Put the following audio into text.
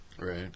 Right